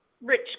rich